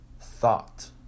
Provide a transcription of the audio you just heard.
thought